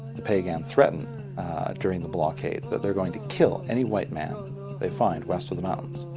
the peigan threatened during the blockade, that they're going to kill any white man they find west of the mountain,